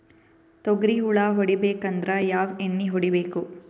ತೊಗ್ರಿ ಹುಳ ಹೊಡಿಬೇಕಂದ್ರ ಯಾವ್ ಎಣ್ಣಿ ಹೊಡಿಬೇಕು?